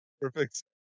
perfect